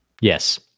Yes